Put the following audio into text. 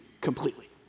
completely